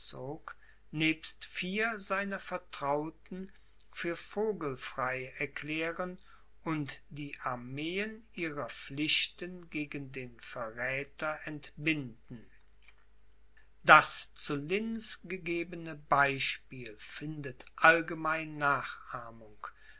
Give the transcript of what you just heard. nebst vier seiner vertrauten für vogelfrei erklären und die armeen ihrer pflichten gegen den verräther entbinden das zu linz gegebene beispiel findet allgemeine nachahmung